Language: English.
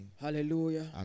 Hallelujah